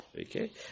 Okay